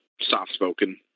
soft-spoken